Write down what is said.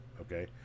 okay